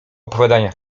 opowiadania